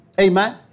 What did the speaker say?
Amen